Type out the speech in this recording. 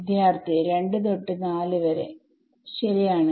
വിദ്യാർത്ഥി 2 to 4 ശരിയാണ്